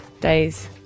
days